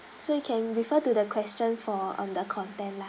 so you can refer to the questions for mm the content lah